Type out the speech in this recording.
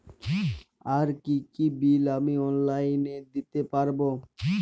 আর কি কি বিল আমি অনলাইনে দিতে পারবো?